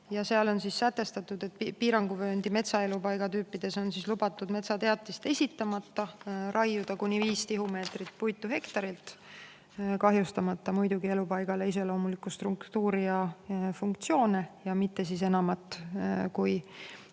Seal on sätestatud, et piiranguvööndi metsaelupaigatüüpides on lubatud metsateatist esitamata raiuda kuni 5 tihumeetrit puitu hektarilt, kahjustamata muidugi elupaigale iseloomulikku struktuuri ja funktsioone, ja mitte enam kui